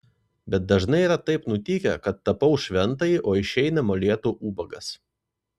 bet dažnai yra taip nutikę kad tapau šventąjį o išeina molėtų ubagas